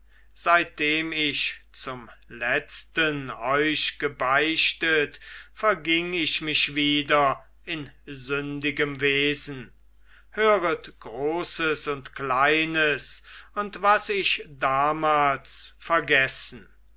seitdem ich zum letzten euch gebeichtet verging ich mich wieder in sündigem wesen höret großes und kleines und was ich damals vergessen